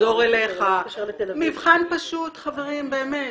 נחזור אליך" מבחן פשוט, באמת,